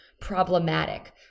problematic